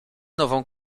nową